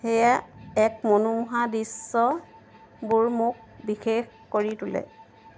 সেয়া এক মনোমোহা দৃশ্যবোৰ মোক বিশেষ কৰি তোলে